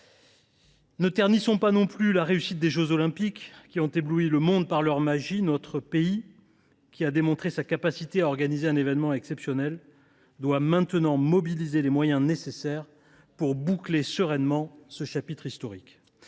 Ne ternissons pas non plus la réussite des jeux Olympiques et Paralympiques, qui ont ébloui le monde par leur magie. Notre pays a démontré sa capacité à organiser un événement exceptionnel ; il doit maintenant mobiliser les moyens nécessaires pour boucler sereinement ce chapitre historique.